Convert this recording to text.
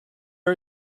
are